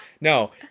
No